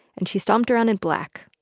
and she stomped around in black,